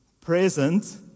present